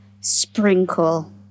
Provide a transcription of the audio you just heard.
Sprinkle